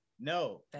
No